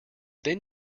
then